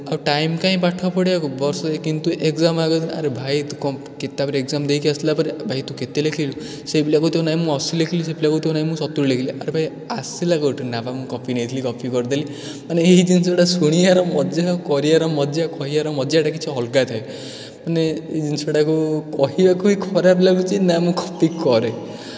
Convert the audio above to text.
ଆଉ ଟାଇମ୍ କାଇଁ ପାଠ ପଢ଼ିବାକୁ ବର୍ଷେ କିନ୍ତୁ ଏଗ୍ଜାମ୍ ଆଗ ଆରେ ଭାଇ ତୁ କ'ଣ ତା'ପରେ ଏଗ୍ଜାମ୍ ଦେଇକି ଆସିଲା ପରେ ଭାଇ ତୁ କେତେ ଲେଖିଲୁ ସେଇ ପିଲା କହୁଥିବ ନାଇଁ ମୁଁ ଅଶୀ ଲେଖିଲି ସେଇ ପିଲା କହୁଥିବ ନାଇଁ ମୁଁ ସତୁରୀ ଲେଖିଲି ଆରେ ଭାଇ ଆସିଲା କେଉଁଠୁ ନା ପା ମୁଁ କପି ନେଇଥିଲି କପି କରିଦେଲି ମାନେ ଏହି ଜିନଷଗୁଡ଼ା ଶୁଣିବାର ମଜା ଆଉ କରିବାର ମଜା କହିବାର ମଜାଟା କିଛି ଅଲଗା ଥାଏ ମାନେ ଏହି ଜିନଷଟାକୁ କହିବାକୁ ବି ଖରାପ ଲାଗୁଛି ନା ମୁଁ କପି କରେ